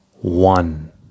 one